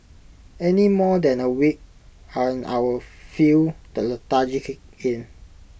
any more than A week and our feel the lethargy kick in